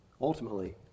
ultimately